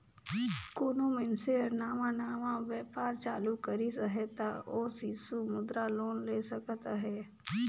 कोनो मइनसे हर नावा नावा बयपार चालू करिस अहे ता ओ सिसु मुद्रा लोन ले सकत अहे